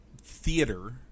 theater